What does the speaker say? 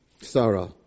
Sarah